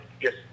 Yes